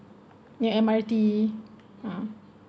near M_R_T ah